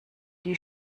die